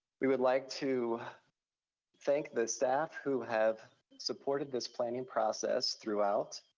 we would like to thank the staff who have supported this planning process throughout.